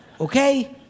okay